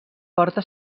porta